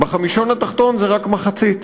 בחמישון התחתון יש רק למחצית,